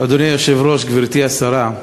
אדוני היושב-ראש, גברתי השרה,